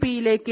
P യിലെ K